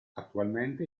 attualmente